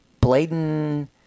Bladen